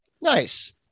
Nice